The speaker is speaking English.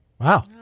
Wow